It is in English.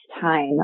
time